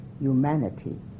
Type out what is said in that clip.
humanity